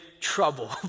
trouble